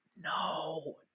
no